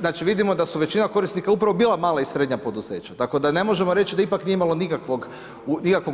Znači vidimo da su većina korisnika upravo bila mala i srednja poduzeća, tako da ne možemo reći da ipak nije imalo nikakvog